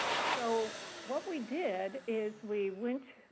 so what we did is we went,